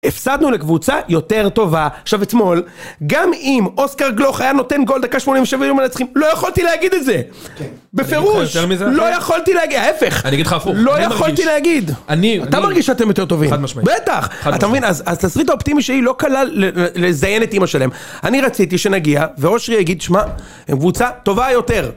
הפסדנו לקבוצה יותר טובה. עכשיו אתמול, גם אם אוסקר גלוך היה נותן גול דקה 87 היינו מנצחים. לא יכולתי להגיד את זה. -כן בפירוש, לא יכולתי להגיד. -אני אגיד לך יותר מזה אפילו... לא יכולתי להגיד, ההיפך... -אני אגיד לך הפוך... אני מרגיש לא יכולתי להגיד... -אני מרגיש אתה מרגיש שאתם יותר טובים. -חד משמעית. בטח. אתה מבין, אז התסריט האופטימי שלי לא כלל לזיין את אמא שלהם. אני רציתי שנגיע, ואושרי יגיד, שמע, הם קבוצה טובה יותר.